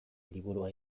liburua